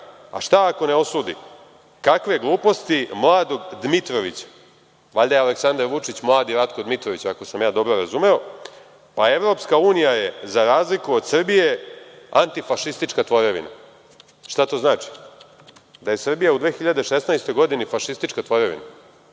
„A šta ako ne osudi? Kakve gluposti mladog Dmitrovića“, valjda je Aleksandar Vučić mladi Ratko Dmitrović, ako sam ja dobro razumeo, „a EU je, za razliku od Srbije, antifašistička tvorevina.“ Šta to znači? Da je Srbija u 2016. godini fašistička tvorevina?